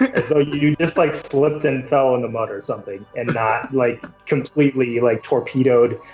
ah so you you just like slipped and fell in the mud or something and not like completely like torpedoed,